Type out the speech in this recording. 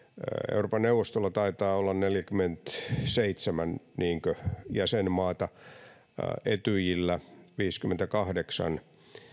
euroopan neuvostolla taitaa olla neljäkymmentäseitsemän niinkö jäsenmaata etyjillä viisikymmentäkahdeksan